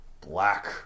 black